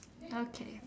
okay